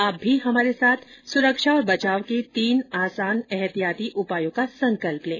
आप भी हमारे साथ सुरक्षा और बचाव के तीन आसान एहतियाती उपायों का संकल्प लें